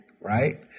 right